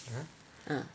ah